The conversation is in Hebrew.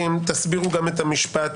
תסבירו גם את המשפט